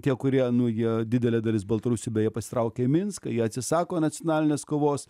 tie kurie nu jie didelė dalis baltarusių beje pasitraukė į minską jie atsisako nacionalinės kovos